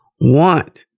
want